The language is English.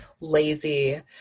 lazy